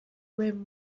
rim